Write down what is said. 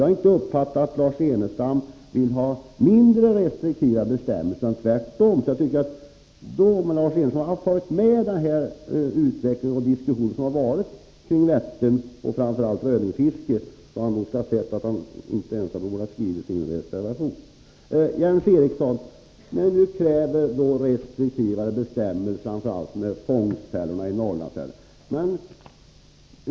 Jag har inte uppfattat att Lars Ernestam vill ha mindre restriktiva bestämmelser, tvärtom. Om Lars Ernestam hade följt med i den diskussion som har förts om Vättern och framför allt rödingsfisket, skulle han ha insett att han inte ens borde ha skrivit sin reservation. Jens Eriksson kräver restriktivare bestämmelser, framför allt när det gäller fångstfällorna i Norrlandsälvarna.